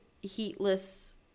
heatless